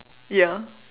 ya